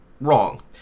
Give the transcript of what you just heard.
wrong